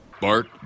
Bart